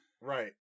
right